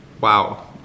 Wow